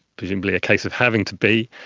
presumably a case of having to be.